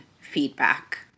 feedback